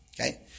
Okay